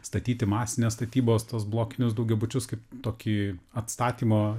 statyti masinės statybos tuos blokinius daugiabučius kaip tokį atstatymo